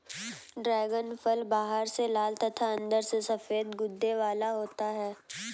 dragon फल बाहर से लाल तथा अंदर से सफेद गूदे वाला होता है